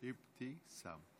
אבתיסאם.